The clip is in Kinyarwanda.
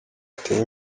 giteye